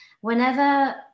Whenever